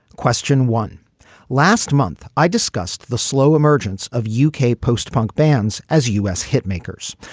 question one last month i discussed the slow emergence of u k. post punk bands as u s. hit makers.